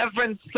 seven